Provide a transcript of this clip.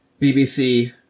BBC